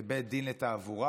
בבית דין לתעבורה,